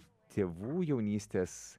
tėvų jaunystės